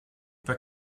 pas